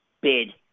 bid